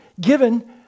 given